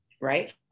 right